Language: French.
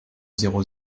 zéro